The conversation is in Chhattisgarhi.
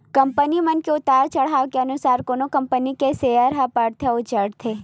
कंपनी मन के उतार चड़हाव के अनुसार कोनो कंपनी के सेयर ह बड़थे अउ चढ़थे